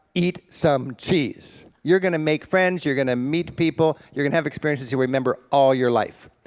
eat some cheese. you're gonna make friends, you're gonna meet people, you're gonna have experiences you remember all your life.